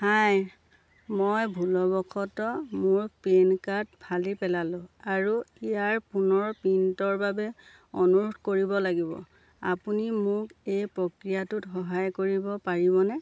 হাই মই ভুলবশতঃ মোৰ পেন কাৰ্ড ফালি পেলালোঁ আৰু ইয়াৰ পুনৰ প্ৰিণ্টৰ বাবে অনুৰোধ কৰিব লাগিব আপুনি মোক এই প্ৰক্ৰিয়াটোত সহায় কৰিব পাৰিবনে